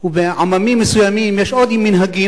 ובעממים מסוימים יש עוד מנהגים.